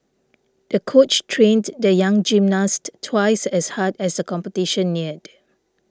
the coach trained the young gymnast twice as hard as the competition neared